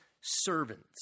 servants